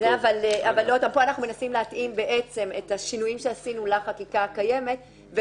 אבל פה אנחנו מנסים להתאים את השינויים שעשינו לחקיקה הקיימת.